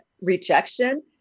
rejection